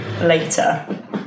later